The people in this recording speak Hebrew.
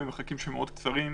המרחקים שם מאוד קצרים,